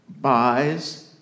buys